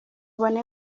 ubone